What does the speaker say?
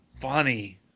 funny